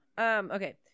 Okay